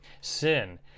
Sin